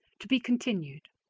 to be continued.